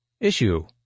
Issue